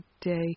day